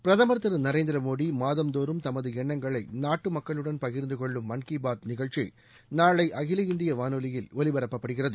பிரதமர் திரு நரேந்திரமோடி மாதந்தோறும் தமது எண்ணங்களை நாட்டு மக்களுடன் பகிர்ந்து கொள்ளும் மன் கி பாத் நிகழ்ச்சி நாளை அகில இந்திய வானொலியில் ஒலிபரப்பப்படுகிறது